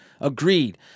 agreed